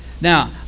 Now